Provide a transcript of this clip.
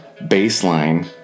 baseline